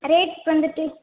rates வந்துட்டு